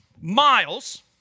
miles